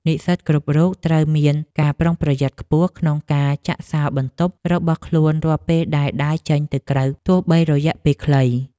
និស្សិតគ្រប់រូបត្រូវមានការប្រុងប្រយ័ត្នខ្ពស់ក្នុងការចាក់សោរបន្ទប់របស់ខ្លួនរាល់ពេលដែលដើរចេញទៅក្រៅទោះបីរយៈពេលខ្លី។